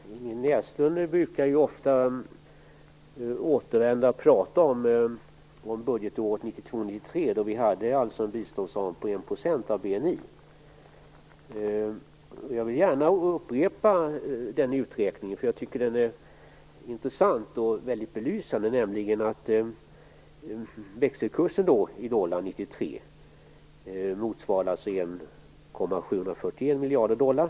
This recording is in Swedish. Herr talman! Ingrid Näslund brukar ofta återvända och tala om budgetåret 1992/93, då vi hade en biståndsram på 1 % av BNI. Jag vill gärna upprepa den uträkningen, eftersom jag tycker att den är intressant och väldigt belysande. Växelkursen i dollar var sådan att ramen år 1993 motsvarade 1 miljard 741 miljoner dollar.